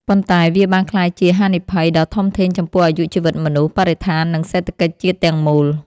ប៉ុន្តែវាបានក្លាយជាហានិភ័យដ៏ធំធេងចំពោះអាយុជីវិតមនុស្ស បរិស្ថាន និងសេដ្ឋកិច្ចជាតិទាំងមូល។